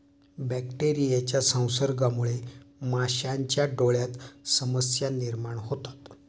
बॅक्टेरियाच्या संसर्गामुळे माशांच्या डोळ्यांत समस्या निर्माण होतात